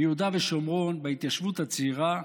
ביהודה ושומרון בהתיישבות הצעירה,